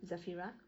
zafirah